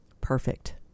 Perfect